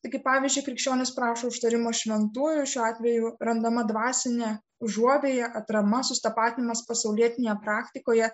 taigi pavyzdžiui krikščionys prašo užtarimo šventuoju šiuo atveju randama dvasinė užuovėja atrama susitapatinama su pasaulietinėje praktikoje